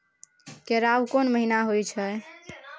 केराव कोन महीना होय हय?